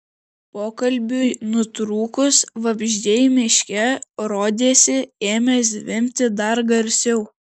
pokalbiui nutrūkus vabzdžiai miške rodėsi ėmė zvimbti dar garsiau